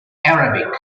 arabic